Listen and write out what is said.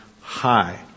high